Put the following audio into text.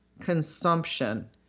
consumption